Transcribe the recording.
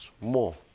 more